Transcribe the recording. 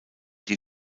die